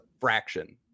fraction